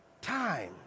time